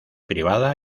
privada